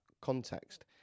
context